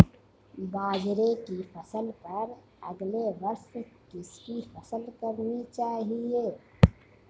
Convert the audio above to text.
बाजरे की फसल पर अगले वर्ष किसकी फसल करनी चाहिए?